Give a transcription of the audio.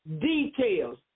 details